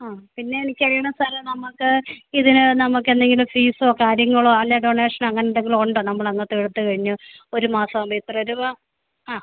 ആ പിന്നെ എനിക്കറിയണം സാറേ നമുക്ക് ഇതിന് നമുക്കെന്തെങ്കിലും ഫീസോ കാര്യങ്ങളോ അല്ലെ ഡോണേഷനോ അങ്ങനെ എന്തെങ്കിലും ഉണ്ടോ നമ്മൾ അംഗത്വം എടുത്തു കഴിഞ്ഞാൽ ഒരു മാസം ഇത്ര രൂപ ആ